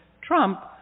Trump